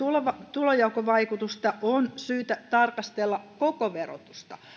tulonjakovaikutusta on syytä tarkastella koko verotusta